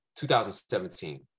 2017